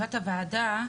ישיבת הוועדה,